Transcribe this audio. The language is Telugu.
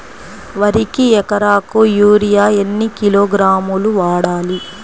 వరికి ఎకరాకు యూరియా ఎన్ని కిలోగ్రాములు వాడాలి?